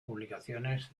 publicaciones